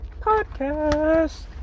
podcast